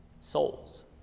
souls